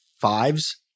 fives